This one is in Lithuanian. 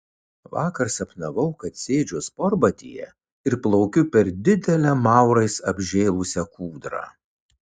vakar sapnavau kad sėdžiu sportbatyje ir plaukiu per didelę maurais apžėlusią kūdrą